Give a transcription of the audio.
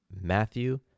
Matthew